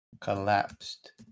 collapsed